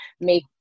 make